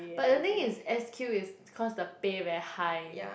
but the thing is s_q is cause the pay very high